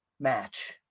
match